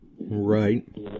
Right